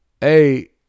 Hey